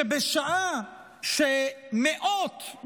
שבשעה שמאות,